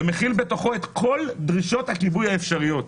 ומכיל בתוכו את כל דרישות הכיבוי הישראליות,